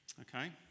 Okay